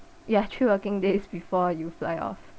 yeah three working days before you fly off